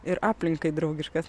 ir aplinkai draugiškas